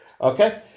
Okay